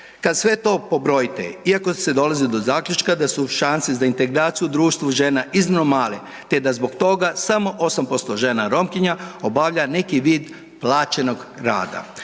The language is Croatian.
Kada sve to pobrojite iako se dolazi do zaključka da su šanse za integraciju u društvu žena iznimno male te da zbog toga samo 8% žena Romkinja obavlja neki vid plaćenog rada.